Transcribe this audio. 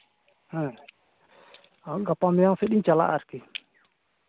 ᱦᱮᱸ ᱜᱟᱯᱟ ᱢᱮᱭᱟᱝ ᱥᱮᱫ ᱤᱧ ᱪᱟᱞᱟᱜᱼᱟ ᱟᱨᱠᱤ